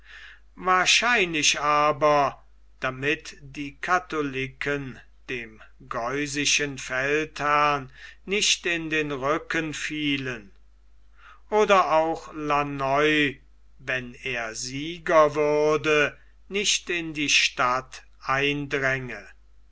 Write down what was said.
wahrscheinlicher aber damit die katholiken dem geusischen feldherrn nicht in den rücken fielen oder auch launoy wenn er sieger würde nicht in die stadt eindränge